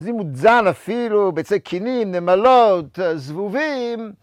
זה מודזן אפילו, ביצי כינים, נמלות, זבובים.